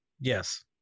Yes